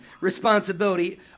responsibility